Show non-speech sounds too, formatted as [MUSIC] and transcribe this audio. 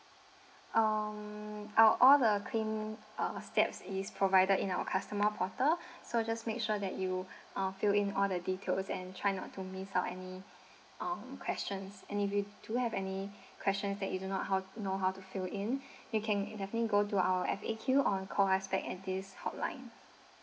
um our all the claim uh steps is provided in our customer portal [BREATH] so just make sure that you uh fill in all the details and try not to miss out any um questions and if you do have any questions that you do not how know how to fill in you can definitely go to our F_A_Q or call us back at this hotline